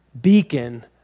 beacon